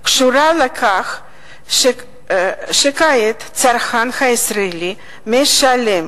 קשורה לכך שכעת הצרכן הישראלי משלם